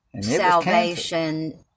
salvation